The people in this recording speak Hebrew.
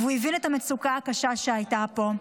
והוא הבין את המצוקה הקשה שהייתה פה.